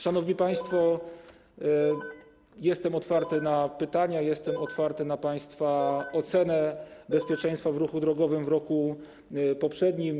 Szanowni państwo, jestem otwarty na pytania, jestem otwarty na państwa ocenę bezpieczeństwa w ruchu drogowym w roku poprzednim.